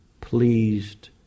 pleased